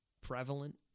prevalent